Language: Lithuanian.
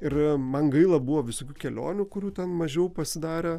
ir man gaila buvo visokių kelionių kurių ten mažiau pasidarė